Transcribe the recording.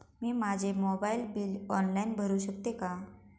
मी माझे mobile bill online भरू शकते का?